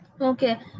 Okay